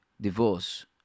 divorce